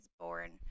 born